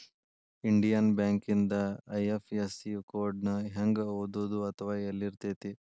Indian ಬ್ಯಾಂಕಿಂದ IFSE code ನ ಹೆಂಗ ಓದೋದು ಅಥವಾ ಯೆಲ್ಲಿರ್ತೆತಿ?